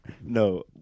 No